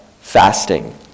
fasting